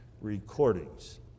recordings